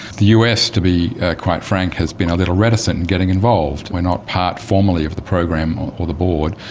the us, to be quite frank, has been a little reticent in getting involved. we are not part formally of the program or the board.